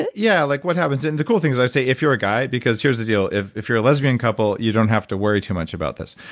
yeah. yeah like what happens. and the cool thing is i say, if you're a guy, because here's the deal, if if you're a lesbian couple, you don't have to worry too much about this